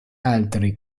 altri